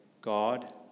God